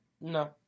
No